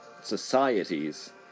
societies